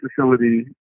facility